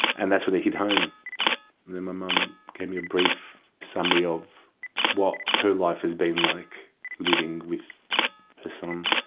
and that's when it hit home. my mum gave me a brief summary of what her life has been like living with her son